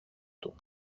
του